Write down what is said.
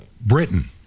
Britain